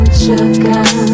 sugar